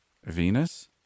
Venus